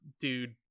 dude